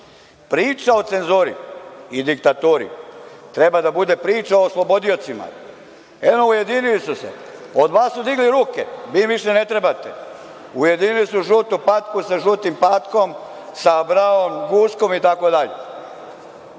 o cenzuri i diktaturi treba da bude priča o oslobodiocima. Evo, ujedinili su se, od vas su digli ruke, vi im više ne trebate. Ujedinili su žutu patku sa žutim patkom, sa braon guskom itd.